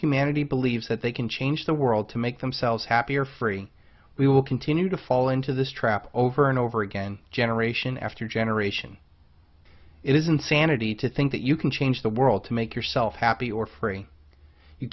humanity believes that they can change the world to make themselves happy or free we will continue to fall into this trap over and over again generation after generation it is insanity to think that you can change the world to make yourself happy or free you